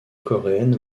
coréenne